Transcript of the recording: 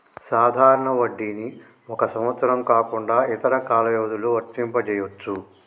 సాధారణ వడ్డీని ఒక సంవత్సరం కాకుండా ఇతర కాల వ్యవధిలో వర్తింపజెయ్యొచ్చు